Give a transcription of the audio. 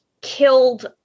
killed